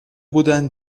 بودن